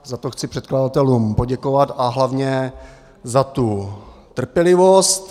Za to chci předkladatelům poděkovat, a hlavně za tu trpělivost.